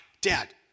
Dad